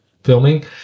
filming